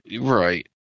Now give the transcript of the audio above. right